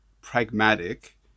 pragmatic